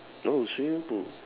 oh swimming pool